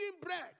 bread